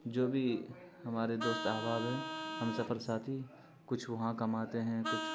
جو بھی ہمارے دوست احباب ہیں ہم سفر ساتھی کچھ وہاں کماتے ہیں کچھ